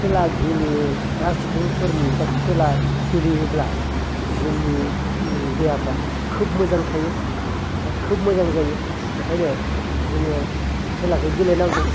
खेला गेलेग्रा सुबुंफोरनि बा खेला गेलेयोब्ला जोंनि ओंम देहाफ्रा खोब मोजां थायो बा खोब मोजां जायो ओंखायनो जोङो खेलाखौ गेले नांगौ